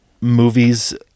movies